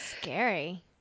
scary